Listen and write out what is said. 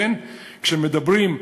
כשמדברים,